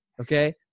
Okay